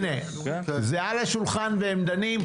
הנה, זה על השולחן והם דנים.